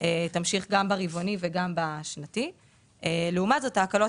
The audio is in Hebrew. שימשיך גם ברבעוני וגם בשנתי - לבין ההקלות